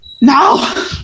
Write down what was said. No